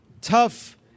tough